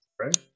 Right